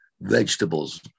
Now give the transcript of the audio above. vegetables